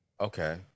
okay